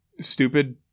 stupid